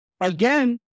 Again